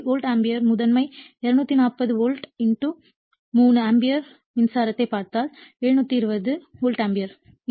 எனவே volt ampere முதன்மை 240 volt 3 ampere மின்சாரத்தைப் பார்த்தால் 720 வோல்ட் ஆம்பியர்